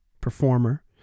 performer